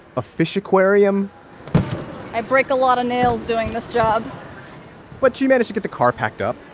a fish aquarium i break a lot of nails doing this job but she managed to get the car packed up,